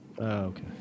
okay